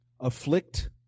afflict